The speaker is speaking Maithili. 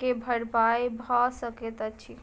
के भरपाई भअ सकैत अछि